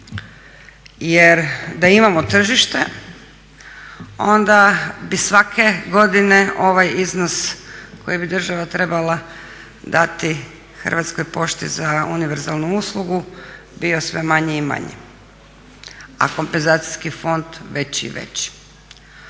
jer da imamo tržište onda bi svake godine ovaj iznos koji bi država trebala dati Hrvatskoj pošti za univerzalnu uslugu bio sve manji i manji, a Kompenzacijski fond veći i veći.